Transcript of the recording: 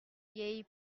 vieille